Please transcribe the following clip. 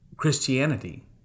Christianity